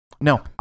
No